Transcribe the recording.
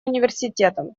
университетом